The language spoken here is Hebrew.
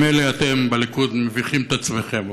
ממילא אתם בליכוד מביכים את עצמכם,